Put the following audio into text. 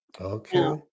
Okay